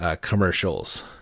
commercials